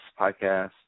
podcast